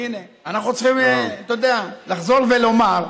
הינה, אנחנו צריכים, אתה יודע, לחזור ולומר,